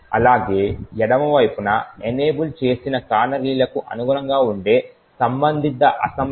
అలాగే ఎడమ వైపున ఎనేబుల్ చేసిన కానరీలకు అనుగుణంగా ఉండే సంబంధిత అసెంబ్లీ కోడ్ను చూపిస్తుంది